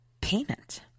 payment